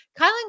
Kylan